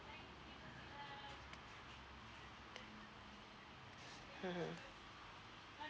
mmhmm